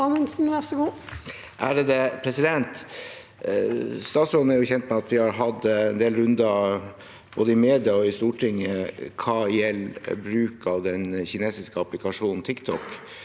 Statsråden er kjent med at vi har hatt en del runder både i media og i Stortinget hva gjelder bruk av den kinesiske applikasjonen TikTok,